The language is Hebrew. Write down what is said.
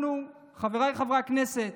אנחנו, חבריי חברי הכנסת,